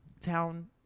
town